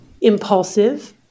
Impulsive